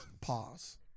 Pause